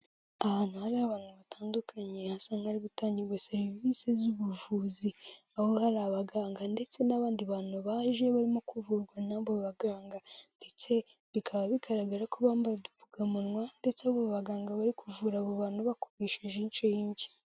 Ahantu hariho abantu batandukanye hasa nk'ahari gutangirwa serivisi z'ubuvuzi, aho hari abaganga ndetse n'abandi bantu baje barimo kuvurwa n'abo baganga ndetse bikaba bigaragara ko bambaye udupfukamunwa ndetse abo baganga bari kuvura abo bantu bakoresheje inshige.